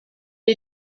est